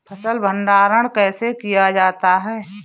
फ़सल भंडारण कैसे किया जाता है?